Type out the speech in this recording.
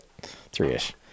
three-ish